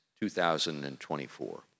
2024